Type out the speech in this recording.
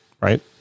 right